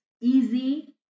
easy